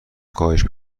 کاهش